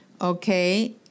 Okay